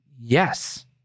Yes